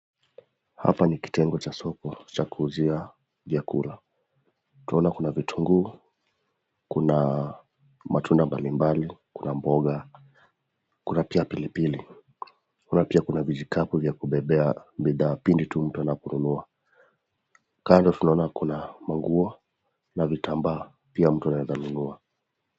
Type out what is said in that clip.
Hapa ni kitengo cha soko cha kuuzia vyakula, tunaona kuna vitunguu, kuna matunda mbalimbali , kuna mboga, kuna pia pilipili naona kuna pia vijiikabu vya kubebea bidhaa pindi tu mtu anaponunua .Kando pia tunaiona manguo na vitambaa pia mtu anaeza nunua.